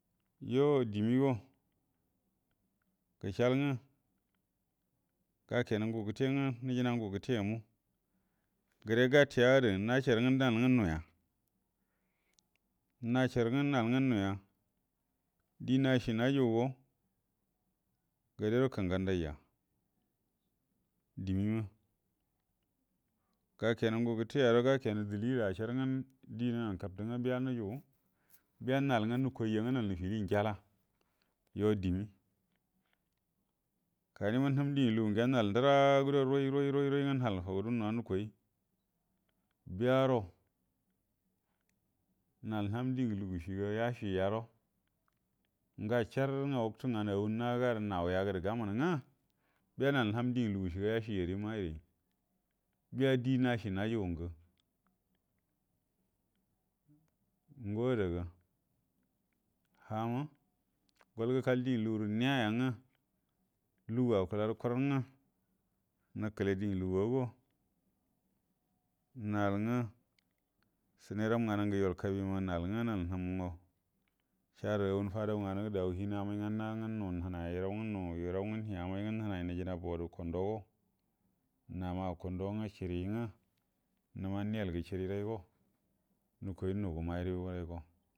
Yo dimigo gəshal nga gakenə ngu gəte nga nijina ngu gətemu gəre gatiya də nasharə nga nal nga buya nasharrə nga nal uga nuya di nashi najugugo gadero kəngandanja dimima gakenə ngu gəteyaro gakenə dili də asharə nga di nənanə kabə tə nga biyaro hujugu biya nal nga nukuja nga nol nigili njala yo dimi kanima uhum dingə lugu ngiya hall ndərado roi roi roi nhalə nhugadə numa nnkoi biyaro nal nam dingə lugushiga yashi yaro nga charrənga oktu nganə wuni nagadə nauya gəde gamənə ngə kiya nal nahu dugə lugushiga yashi yari mairi biya di nashi najuga ngə ngo adaga ha magol gəkal dingə lugurə niya yanga lugu akwa gərə kuranə ngə nəkəle ohi ngə luguvage nal nga səneram nganə ngə yol kabi mangə nal nga nol uhum go sharə wuni fadau nganə də wuni huni amai nganə naga nga nu hənai a'a yirau nga yirau nga ni amai nga nijina borə kundogo nama kundogo uga shiri nga numa niyel gə shiriraigo nukoi nu gə məgəribu raigo.